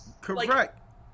correct